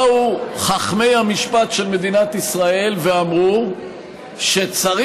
באו חכמי המשפט של מדינת ישראל ואמרו שצריך